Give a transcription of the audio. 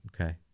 Okay